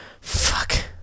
Fuck